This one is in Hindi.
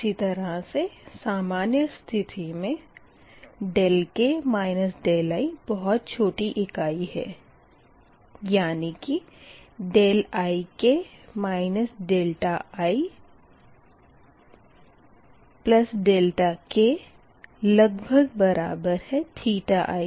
इसी तरह से सामान्य स्थिति मे k i बहुत छोटी इकाई है यानी कि ik ikik